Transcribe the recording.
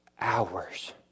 hours